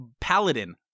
Paladin